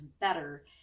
better